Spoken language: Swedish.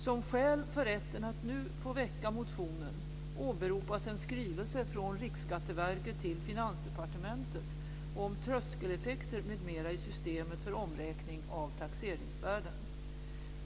Som skäl för rätten att nu få väcka motionen åberopas en skrivelse från Riksskatteverket till Finansdepartementet om tröskeleffekter m.m. i systemet för omräkning av taxeringsvärden.